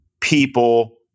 people